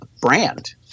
brand